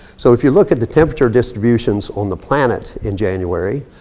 so if you look at the temperature distributions on the planet in january,